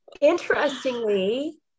interestingly